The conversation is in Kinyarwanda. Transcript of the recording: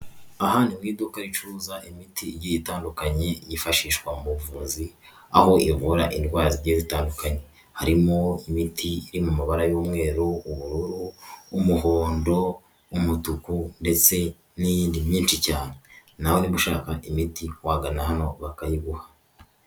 Aha ni mu iduka ricuruza imiti igiye itandukanye yifashishwa mu buvuzi aho ivura indwara zigiye zitandukanye, harimo imiti iri mu mabara y'umweru, ubururu, umuhondo, umutuku ndetse n'iyindi myinshi cyane, nawe nimba ushaka imiti wagana hano bakayiguha.